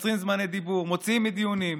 מקצרים זמני דיבור, מוציאים מדיונים?